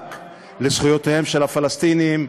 מובהק לזכויותיהם של הפלסטינים,